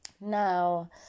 Now